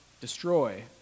destroy